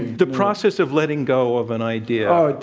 the process of letting go of an idea. oh,